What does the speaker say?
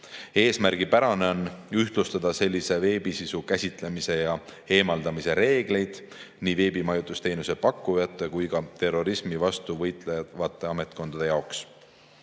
Eesmärgipärane on ühtlustada sellise veebisisu käsitlemise ja eemaldamise reegleid nii veebimajutusteenuse pakkujate kui ka terrorismi vastu võitlevate ametkondade